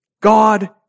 God